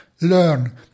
learn